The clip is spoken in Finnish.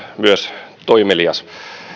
myös ollut toimelias